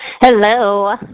Hello